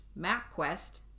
MapQuest